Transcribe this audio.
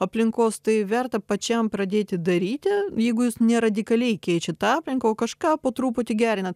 aplinkos tai verta pačiam pradėti daryti jeigu jūs ne radikaliai keičiat aplinką o kažką po truputį gerinat